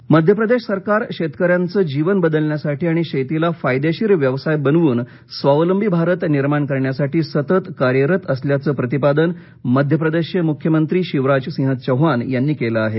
चौहान मध्यप्रदेश सरकार शेतकर्यारचे जीवन बदलण्यासाठी आणि शेतीला फायदेशीर व्यवसाय बनवून स्वावलंबी भारत निर्माण करण्यासाठी सतत कार्यरत असल्याचं प्रतिपादन मध्यप्रदेशचे मुख्यमंत्री शिवराजसिंह चौहान यांनी केलं आहे